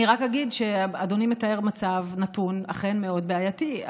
אני רק אגיד שאדוני מתאר מצב נתון שהוא אכן מאוד בעייתי.